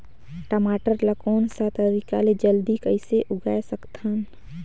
टमाटर ला कोन सा तरीका ले जल्दी कइसे उगाय सकथन?